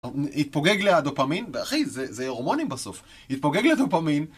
התפוגג לדופמין, אחי זה הורמונים בסוף, התפוגג לדופמין